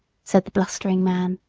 said the blustering man.